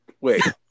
Wait